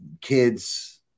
kids